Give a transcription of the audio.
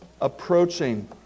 approaching